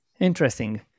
Interesting